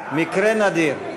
מקרה נדיר.